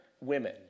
women